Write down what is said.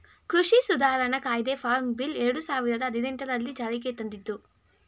ಕೃಷಿ ಸುಧಾರಣಾ ಕಾಯ್ದೆ ಫಾರ್ಮ್ ಬಿಲ್ ಎರಡು ಸಾವಿರದ ಹದಿನೆಟನೆರಲ್ಲಿ ಜಾರಿಗೆ ತಂದಿದ್ದು